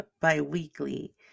bi-weekly